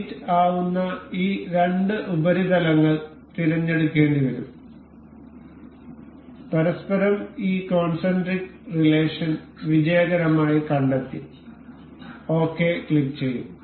mate ആവുന്ന ഈ രണ്ട് ഉപരിതലങ്ങൾ തിരഞ്ഞെടുക്കേണ്ടിവരും പരസ്പരം ഈ കോൺസെൻട്രിക് റിലേഷൻ വിജയകരമായി കണ്ടെത്തി ഓകെ ക്ലിക്കുചെയ്യും